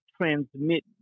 transmit